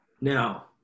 Now